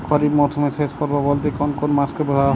খরিপ মরসুমের শেষ পর্ব বলতে কোন কোন মাস কে ধরা হয়?